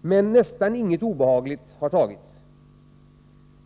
men nästan inget obehagligt har hänt.